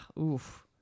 oof